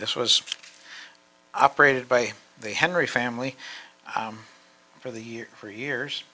this was operated by the henry family for the years for years